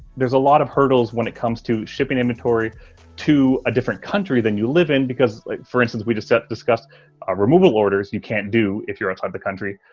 there's a lot of hurdles when it comes to shipping inventory to a different country than you live in, because for instance, we just discussed removal order, you can't do if you're outside the country.